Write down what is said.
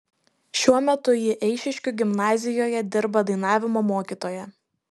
šiuo metu ji eišiškių gimnazijoje dirba dainavimo mokytoja